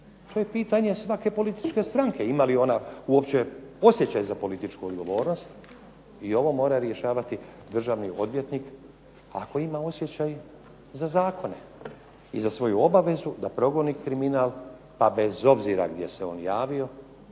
To je pitanje svake političke stranke ima li ona uopće osjećaj za političku odgovornost i ovo mora rješavati državni odvjetnik ako ima osjećaj za zakone i za svoju obavezu da progoni kriminal pa bez obzira gdje se on javio